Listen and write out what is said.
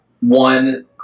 one